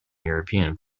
european